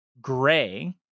Gray